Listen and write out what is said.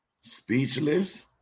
Speechless